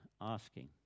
asking